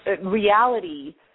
reality